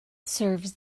serves